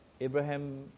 Abraham